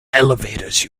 elevators